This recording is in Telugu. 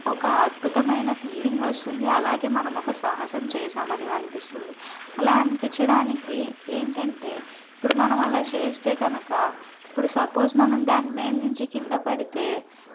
ఒక అద్భుతమైన ఫీలింగ్ వస్తుంది అలాగే మనం ఒక సాహసం చేసామని అనిపిస్తుంది అలా అనిపించడానికి ఏంటంటే ఇప్పుడు మనం అలా చేస్తే కనక ఇప్పుడు సపోజ్ మనం దాని మీద నుంచి కింద పడితే